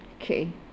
okay